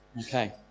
Okay